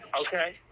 Okay